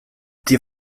der